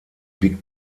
big